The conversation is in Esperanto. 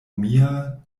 mia